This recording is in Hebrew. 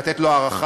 לתת לו הארכה,